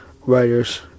writers